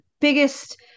biggest